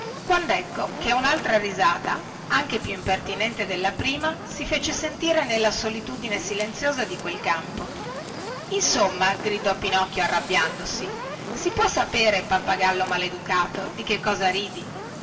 quandecco che unaltra risata anche più impertinente della prima si fece sentire nella solitudine silenziosa di quel campo insomma gridò pinocchio arrabbiandosi si può sapere pappagallo mal educato di che cosa ridi